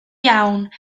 iawn